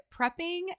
prepping